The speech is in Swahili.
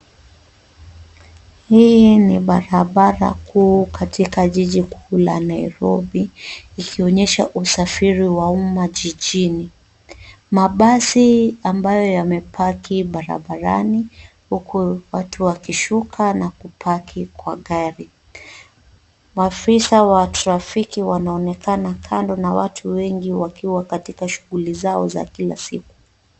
Hii ni barabara kuu katika jiji kuu la Nairobi likionyesha usafiri wa umma jijini. Mabasi ambayo yamepaki barabarani huku watu wakishuka na kupaki kwa gari. Waafisa wa trafiki wanaonekana kando na watu wengi wakiwa katika shughuli zao za kila siku.